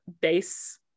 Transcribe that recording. base